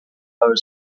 our